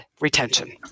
retention